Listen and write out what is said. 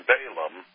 Balaam